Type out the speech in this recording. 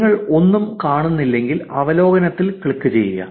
നിങ്ങൾ ഒന്നും കാണുന്നില്ലെങ്കിൽ അവലോകനത്തിൽ ക്ലിക്കു ചെയ്യുക